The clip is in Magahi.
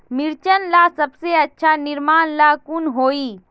मिर्चन ला सबसे अच्छा निर्णय ला कुन होई?